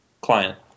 client